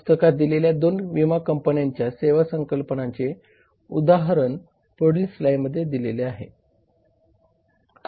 पुस्तकात दिलेल्या दोन विमान कंपन्यांच्या सेवा संकल्पनांचे उदाहरण पुढील स्लाइडमध्ये लिहिले आहे